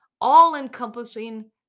all-encompassing